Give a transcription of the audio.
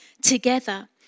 together